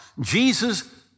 Jesus